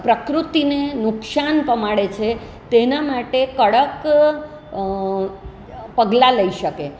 પ્રકૃતિને નુકસાન પમાડે છે તેના માટે કડક પગલા લઈ શકે